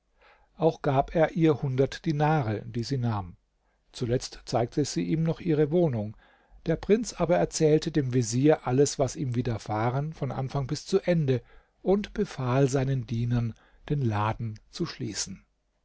auch gab er ihr hundert dinare die sie nahm zuletzt zeigte sie ihm noch ihre wohnung der prinz aber erzählte dem vezier alles was ihm widerfahren von anfang bis zu ende und befahl seinen dienern den laden zu schließen